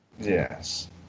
Yes